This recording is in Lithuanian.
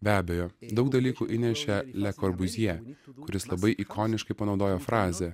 be abejo daug dalykų įnešė le korbuzjė kuris labai ikoniškai panaudojo frazę